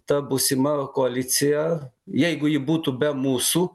ta būsima koalicija jeigu ji būtų be mūsų